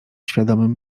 świadomym